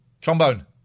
trombone